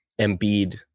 Embiid